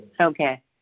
Okay